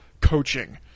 coaching